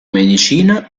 medicina